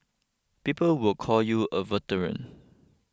people will call you a veteran